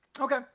Okay